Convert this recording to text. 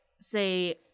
say